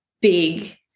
big